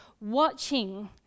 watching